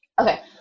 Okay